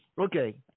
Okay